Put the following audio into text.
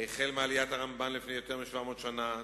מעליית הרמב"ן לפני יותר מ-700 שנה,